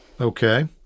Okay